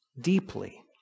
deeply